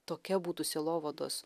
tokia būtų sielovados